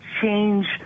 change